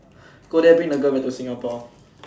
go there bring the girl back to Singapore